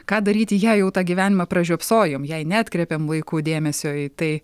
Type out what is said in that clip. ką daryti jei jau tą gyvenimą pražiopsojom jei neatkreipėm laiku dėmesio į tai